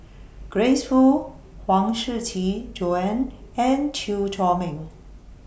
Grace Fu Huang Shiqi Joan and Chew Chor Meng